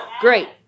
Great